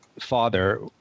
father